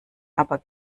aber